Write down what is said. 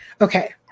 okay